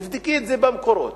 תבדקי את זה במקורות.